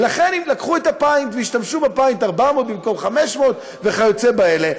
ולכן הם לקחו את הפיינט והשתמשו בפיינט: 400 במקום 500 וכיוצא בזה.